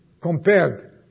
compared